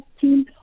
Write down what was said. team